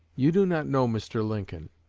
you do not know mr. lincoln.